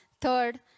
third